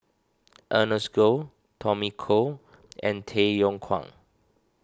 Ernest Goh Tommy Koh and Tay Yong Kwang